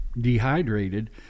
dehydrated